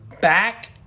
back